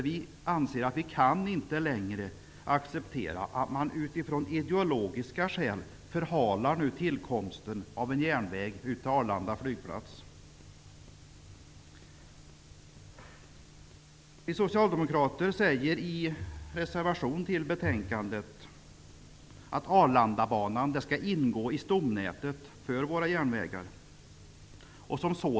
Vi kan inte längre acceptera att man av ideologiska skäl förhalar tillkomsten av en järnväg ut till Vi socialdemokrater säger i en reservation till betänkandet att Arlandabanan skall ingå i stomnätet för järnvägarna.